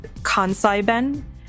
Kansai-ben